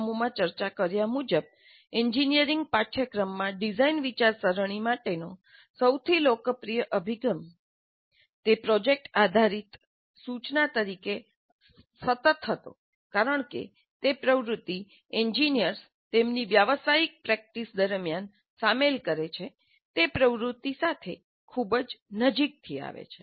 આ અગાઉના એકમોમાં ચર્ચા કર્યા મુજબ એન્જિનિયરિંગ પાઠ્યક્રમમાં ડિઝાઇન વિચારસરણી માટેનો સૌથી લોકપ્રિય અભિગમ અને તે પ્રોજેક્ટ આધારિત સૂચના તરીકે સતત હતો કારણ કે તે પ્રવૃત્તિ એન્જિનિયર્સ તેમની વ્યાવસાયિક પ્રેક્ટિસ દરમિયાન શામેલ કરે છે તે પ્રવૃત્તિ સાથે ખૂબ જ નજીકથી આવે છે